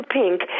pink